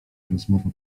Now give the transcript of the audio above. rozmowa